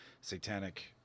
satanic